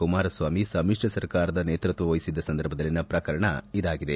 ಕುಮಾರಸ್ವಾಮಿ ಸಮಿತ್ರ ಸರ್ಕಾರದ ನೇತೃತ್ವ ವಹಿಸಿದ್ದ ಸಂದರ್ಭದಲ್ಲಿನ ಪ್ರಕರಣ ಇದಾಗಿದೆ